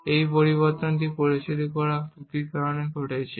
এবং এই পরিবর্তনটি প্ররোচিত করা ত্রুটির কারণে ঘটেছে